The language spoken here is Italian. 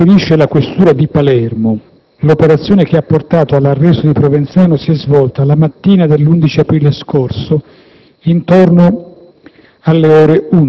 Come riferisce la Questura di Palermo, l'operazione che ha portato all'arresto di Provenzano si è svolta la mattina dell'11 aprile scorso intorno